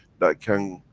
that can.